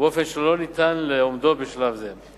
באופן שאי-אפשר לאומדו בשלב זה.